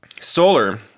solar